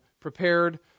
prepared